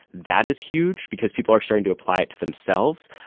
that is huge because people are starting to apply it to themselves.